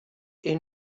est